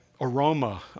aroma